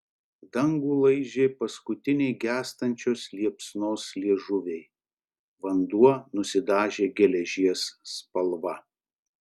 dangų laižė paskutiniai gęstančios liepsnos liežuviai vanduo nusidažė geležies spalva